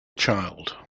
child